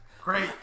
Great